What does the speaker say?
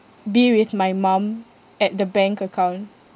be with my mum at the bank account